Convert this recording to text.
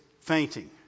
fainting